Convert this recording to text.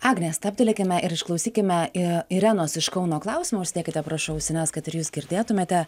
agne stabtelėkime ir išklausykime i irenos iš kauno klausimo užsidėkite prašau ausines kad ir jūs girdėtumėte